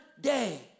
day